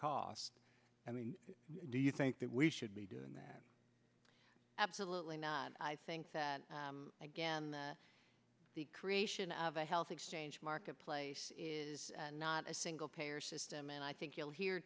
costs i mean do you think that we should be doing that absolutely not and i think that again the the creation of a health exchange marketplace is not a single payer system and i think you'll hear